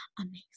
amazing